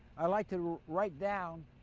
i like to write down